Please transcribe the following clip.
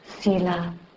sila